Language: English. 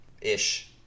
ish